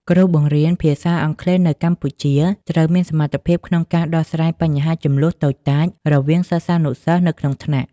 គ្រូបង្រៀនភាសាអង់គ្លេសនៅកម្ពុជាត្រូវមានសមត្ថភាពក្នុងការដោះស្រាយបញ្ហាជម្លោះតូចតាចរវាងសិស្សានុសិស្សនៅក្នុងថ្នាក់។